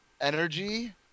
energy